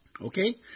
Okay